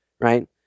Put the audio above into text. right